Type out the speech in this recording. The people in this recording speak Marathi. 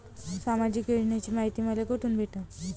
सामाजिक योजनेची मायती मले कोठून भेटनं?